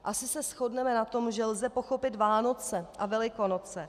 Asi se shodneme na tom, že lze pochopit Vánoce a Velikonoce.